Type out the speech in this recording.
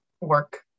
work